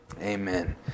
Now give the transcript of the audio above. Amen